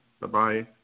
Bye-bye